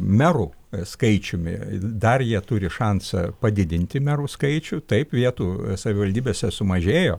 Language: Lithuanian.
merų skaičiumi dar jie turi šansą padidinti merų skaičių taip vietų savivaldybėse sumažėjo